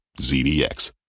ZDX